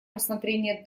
рассмотрения